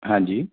ਹਾਂਜੀ